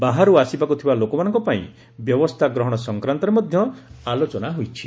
ବାହାର୍ ଆସିବାକ୍ ଥିବା ଲୋକମାନଙ୍କ ପାଇଁ ବ୍ୟବସ୍ଥା ଗ୍ରହଣ ସଂକ୍ରାନ୍ତରେ ମଧ୍ୟ ଆଲୋଚନା ହୋଇଛି